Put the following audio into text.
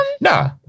nah